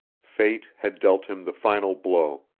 fate had dealt him the final blow,